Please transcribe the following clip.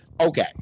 Okay